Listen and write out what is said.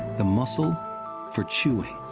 the muscle for chewing.